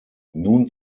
nun